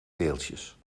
deeltjes